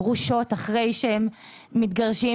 גרושות שאחרי שהן מתגרשים,